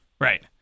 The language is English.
Right